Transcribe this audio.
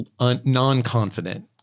non-confident